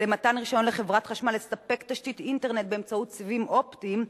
למתן רשיון לחברת החשמל לספק תשתית אינטרנט באמצעות סיבים אופטיים,